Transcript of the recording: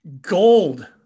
Gold